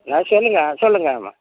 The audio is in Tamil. ஹலோ சொல்லுங்கள் சொல்லுங்கள் மேம்